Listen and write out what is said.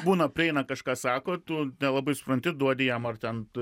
būna prieina kažką sako tu nelabai supranti duodi jam ar ten